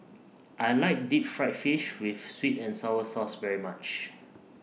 I like Deep Fried Fish with Sweet and Sour Sauce very much